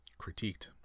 critiqued